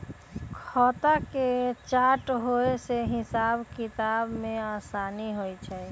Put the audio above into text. खता के चार्ट होय से हिसाब किताब में असानी होइ छइ